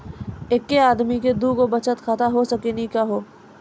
एके आदमी के दू गो बचत खाता हो सकनी का हो?